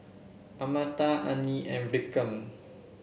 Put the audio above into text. Amartya Anil and Vikram